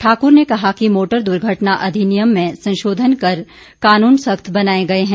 ठाक्र ने कहा कि मोटर द्र्घटना अधिनियम में संशोधन कर कानून सख्त बनाए गए हैं